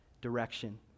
direction